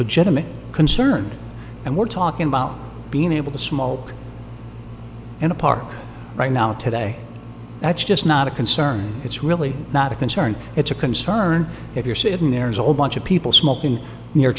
i'm concerned and we're talking about being able to smoke in a park right now today that's just not a concern it's really not a concern it's a concern if you're sitting there is a whole bunch of people smoking near